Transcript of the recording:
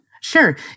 Sure